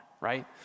right